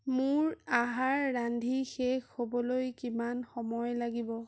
মোৰ আহাৰ ৰান্ধি শেষ হ'বলৈ কিমান সময় লাগিব